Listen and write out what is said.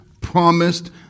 promised